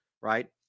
Right